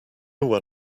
one